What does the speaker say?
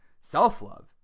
self-love